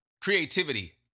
creativity